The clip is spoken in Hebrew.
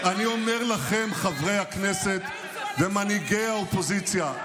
חברי הכנסת ומנהיגי האופוזיציה,